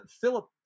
philip